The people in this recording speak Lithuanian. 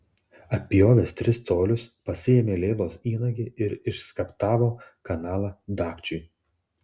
atpjovęs tris colius pasiėmė leilos įnagį ir išskaptavo kanalą dagčiui